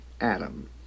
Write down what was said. Adam